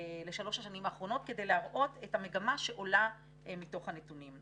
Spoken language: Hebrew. האחרונות כדי להראות את המגמה שעולה מתוך הנתונים.